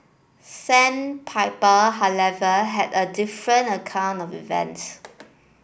sandpiper however had a different account of events